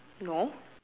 no